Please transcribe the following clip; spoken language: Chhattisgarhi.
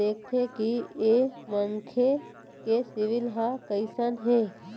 देखथे कि ऐ मनखे के सिविल ह कइसन हे